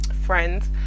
friends